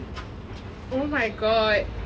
oh my god